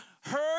heard